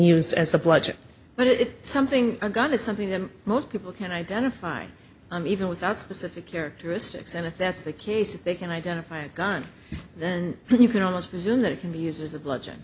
used as a bludgeon but it is something a gun is something that most people can identify even without specific characteristics and if that's the case if they can identify a gun then you can almost presume that it can be used as a bludgeon